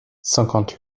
cinquante